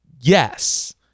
yes